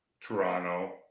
Toronto